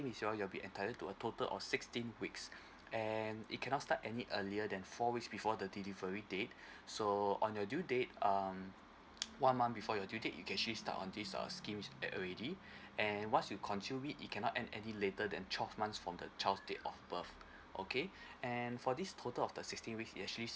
is y'all you'll be entitled to a total of sixteen weeks and it cannot start any earlier than four weeks before the delivery date so on your due date um one month before your due date you can actually start on this uh schemes at already and once you consumed it you cannot end any later than twelve months from the child date of birth okay and for this total of the sixteen weeks you actually